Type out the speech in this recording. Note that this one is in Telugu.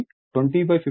272 కిలోవాట్